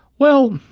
well,